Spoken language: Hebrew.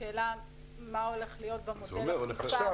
השאלה מה הולך להיות במודל החדש.